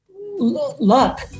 luck